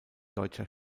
deutscher